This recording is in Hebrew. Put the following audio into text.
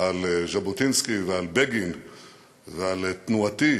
על ז'בוטינסקי ועל בגין ועל תנועתי,